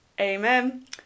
Amen